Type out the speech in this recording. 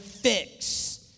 fix